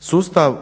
Sustav